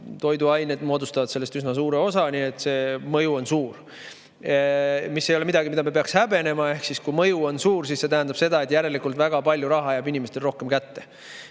toiduained moodustavad sellest üsna suure osa, nii et see mõju on suur. See ei ole midagi, mida me peaks häbenema. Kui mõju on suur, siis see tähendab, et järelikult jääb väga palju rohkem raha inimestele kätte.